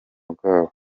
bwabo